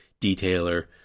detailer